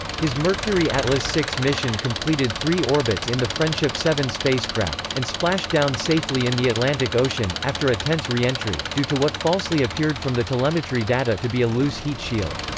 his mercury-atlas six mission completed three orbits in the friendship seven spacecraft, and splashed down safely in the atlantic ocean, after a tense reentry, due to what falsely appeared from the telemetry data to be a loose heat-shield.